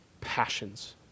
passions